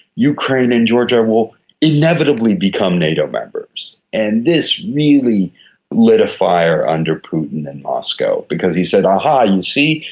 ukraine and georgia will inevitably become nato members'. and this really lit a fire under putin in moscow because he said, aha, you see,